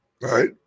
right